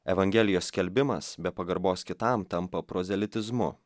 evangelijos skelbimas be pagarbos kitam tampa prozelitizmu